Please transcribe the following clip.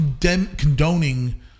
condoning